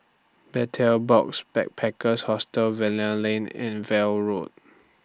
Betel Box Backpackers Hostel Lane and veil Road